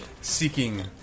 seeking